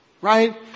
Right